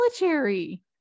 military